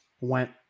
went